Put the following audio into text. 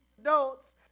adults